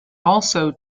also